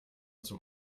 zum